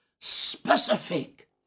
specific